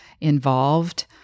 involved